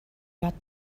got